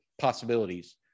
possibilities